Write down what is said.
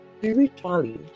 spiritually